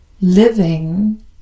living